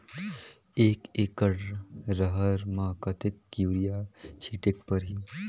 एक एकड रहर म कतेक युरिया छीटेक परही?